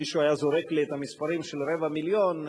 מישהו היה זורק לי את המספר רבע מיליון,